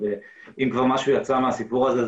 אם כבר משהו יצא מהסיפור הזה,